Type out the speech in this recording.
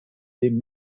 dem